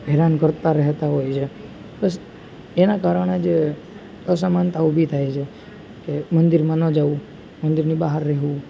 હેરાન કરતાં રહેતા હોય છે બસ એના કારણે જ અસમાનતા ઊભી થાય છે કે મંદિરમાં ન જવું મંદિરની બહાર રહેવું